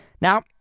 Now